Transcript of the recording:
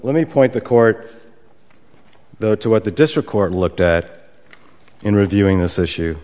let me point the court to what the district court looked at in reviewing this issue